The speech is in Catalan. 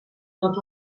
tots